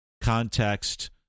context